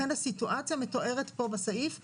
לכן הסיטואציה המתוארת פה בסעיף היא: